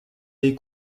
des